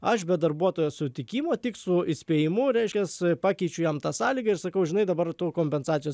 aš be darbuotojo sutikimo tik su įspėjimu reiškias pakeičiu jam tą sąlygą ir sakau žinai dabar tu kompensacijos